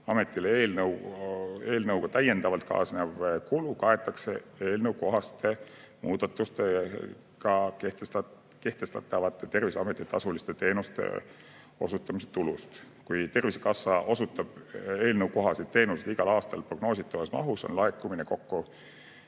Ametile eelnõuga täiendavalt kaasnev kulu kaetakse eelnõukohaste muudatustega Terviseametile kehtestatavate tasuliste teenuste osutamise tulust. Kui Tervise[amet] osutab eelnõukohaseid [tasulisi] teenuseid igal aastal prognoositavas mahus, on laekumine kokku